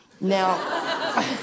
Now